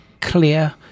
clear